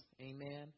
Amen